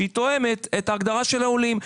שתואמת את הגדרת העולים.